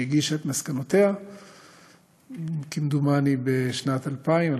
שהגישה את מסקנותיה כמדומני בשנת 2000,